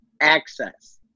access